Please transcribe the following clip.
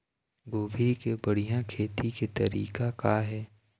गोभी के बढ़िया खेती के तरीका का हे?